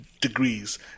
degrees